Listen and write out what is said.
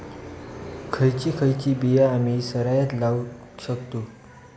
खयची खयची बिया आम्ही सरायत लावक शकतु?